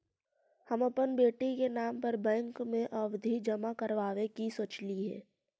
हम अपन बेटी के नाम पर बैंक में आवधि जमा करावावे के सोचली हे